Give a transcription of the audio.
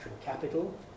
capital